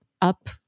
up